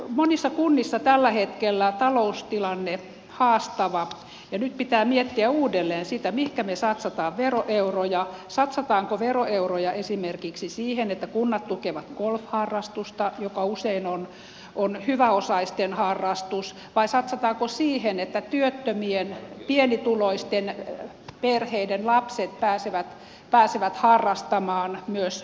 monissa kunnissa on tällä hetkellä taloustilanne haastava ja nyt pitää miettiä uudelleen sitä mihinkä me satsaamme veroeuroja satsataanko veroeuroja esimerkiksi siihen että kunnat tukevat golfharrastusta joka usein on hyväosaisten harrastus vai satsataanko siihen että myös työttömien pienituloisten perheiden lapset pääsevät harrastamaan liikuntaa